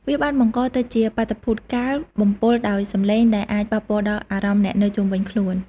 វាបានបង្កទៅជាបាតុភូតការបំពុលដោយសំឡេងដែលអាចប៉ះពាល់ដល់អារម្មណ៍អ្នកនៅជុំវិញខ្លួន។